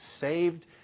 saved